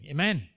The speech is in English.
Amen